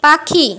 পাখি